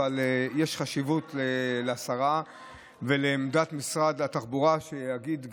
אבל יש חשיבות לשרה ולעמדת משרד התחבורה שיגיד,